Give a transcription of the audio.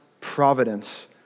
providence